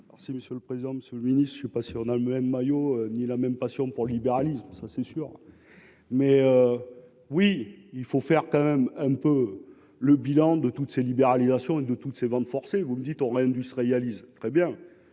C'est monsieur le président, Monsieur le Ministre, je ne sais pas si on a le même maillot ni la même passion pour le libéralisme, ça c'est sûr, mais oui, il faut faire quand même un peu le bilan de toutes ces libéralisations et de toutes ces ventes forcées, vous le dites, on industrialise très bien,